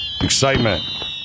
Excitement